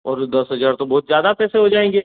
अरे दस हज़ार तो बहुत ज़्यादा पैसे हो जाएंगे